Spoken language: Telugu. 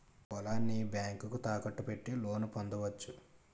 పొలాన్ని బ్యాంకుకు తాకట్టు పెట్టి లోను పొందవచ్చు